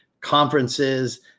conferences